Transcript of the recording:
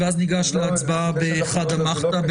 ואז ניגש להצבעה בחדא מחתא,